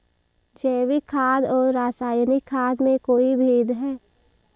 जैविक खाद और रासायनिक खाद में कोई भेद है?